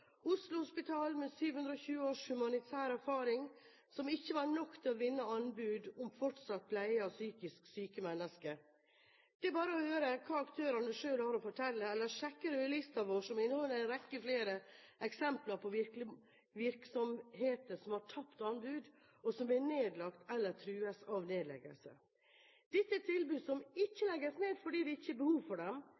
Oslo Hospital, med 720 års humanitær erfaring, som ikke var nok til å vinne anbud om fortsatt pleie av psykisk syke mennesker. Det er bare å høre hva aktørene selv har å fortelle, eller å sjekke «rødlista» vår, som inneholder en rekke flere eksempler på virksomheter som har tapt anbud, og som er nedlagt eller trues av nedleggelse. Dette er tilbud som ikke